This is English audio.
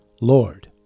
Lord